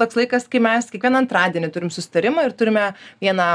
toks laikas kai mes kiekvieną antradienį turim susitarimą ir turime vieną